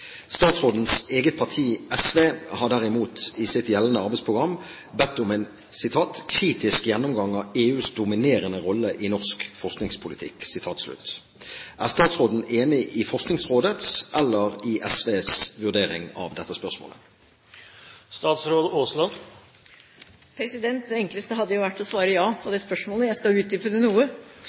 Statsrådens eget parti SV har derimot i sitt gjeldende arbeidsprogram bedt om «en kritisk gjennomgang av EUs dominerende rolle i norsk forskningspolitikk». Er statsråden enig i Forskningsrådets eller SVs vurdering av dette spørsmålet?» De enkleste hadde jo vært å svare ja på det spørsmålet, men jeg skal utdype det noe.